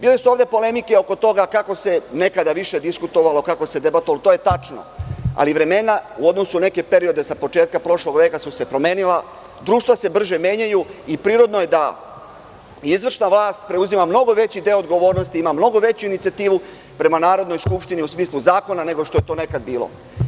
Bile su ovde polemike oko toga kako se nekada više diskutovalo, kako se debatovalo, to je tačno, ali vremena u odnosu na neke periode sa početka prošlog veka su se promenila, društva se brže menjaju i prirodno je da izvršna vlast preuzima mnogo veći deo odgovornosti, ima mnogo veću inicijativu prema Narodnoj skupštini u smislu zakona nego što je to nekad bilo.